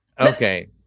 Okay